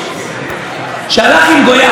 שהלך עם גויה.